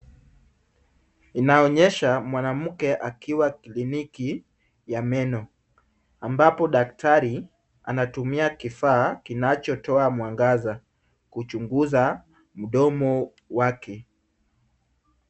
Inaonyesha mwanamke akiwa kliniki ya meno ambapo daktari anatumia kifaa kinachotoa mwangaza kuchunguza mdomo wake.